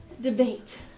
Debate